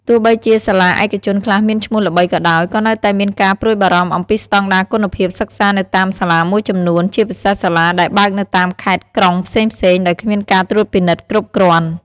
ទោះបីជាសាលាឯកជនខ្លះមានឈ្មោះល្បីក៏ដោយ ក៏នៅតែមានការព្រួយបារម្ភអំពីស្តង់ដារគុណភាពសិក្សានៅតាមសាលាមួយចំនួន ជាពិសេសសាលាដែលបើកនៅតាមខេត្តក្រុងផ្សេងៗ ដោយគ្មានការត្រួតពិនិត្យគ្រប់គ្រាន់។